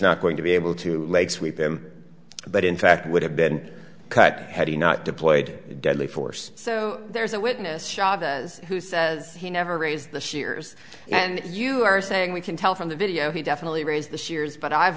not going to be able to lake sweep him but in fact would have been cut had he not deployed deadly force so there's a witness chavez who says he never raised the shears and you are saying we can tell from the video he definitely raise this years but i've